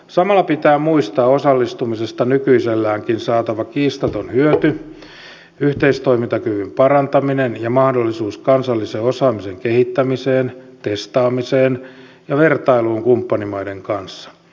samalla pitää muistaa osallistumisesta nykyiselläänkin saatava kiistaton hyöty yhteistoimintakyvyn parantaminen ja mahdollisuus kansallisen osaamisen kehittämiseen testaamiseen ja vertailuun kumppanimaiden kanssa